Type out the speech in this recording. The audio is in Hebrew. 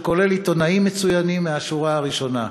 ואשר כולל עיתונאים מצוינים מהשורה הראשונה.